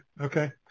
okay